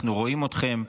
אנחנו רואים אתכם.